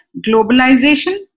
globalization